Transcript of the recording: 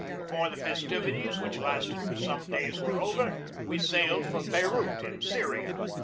before the festivities, which lasted for some days, were over we sailed for beirut in syria,